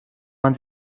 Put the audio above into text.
man